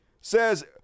Says